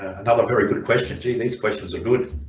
another very good question gene these questions are good